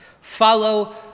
follow